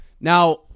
Now